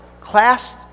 class